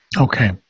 Okay